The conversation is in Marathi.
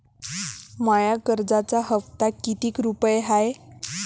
माया कर्जाचा हप्ता कितीक रुपये हाय?